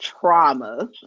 trauma